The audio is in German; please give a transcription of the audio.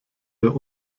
der